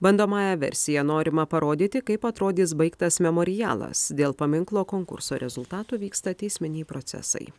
bandomąja versija norima parodyti kaip atrodys baigtas memorialas dėl paminklo konkurso rezultatų vyksta teisminiai procesai